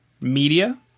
media